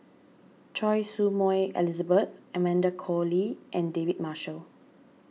Choy Su Moi Elizabeth Amanda Koe Lee and David Marshall